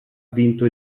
vinto